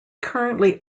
currently